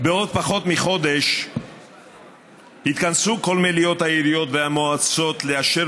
בעוד פחות מחודש יתכנסו כל מליאות העיריות והמועצות לאשר